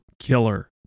killer